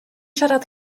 siarad